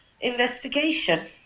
investigation